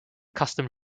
custom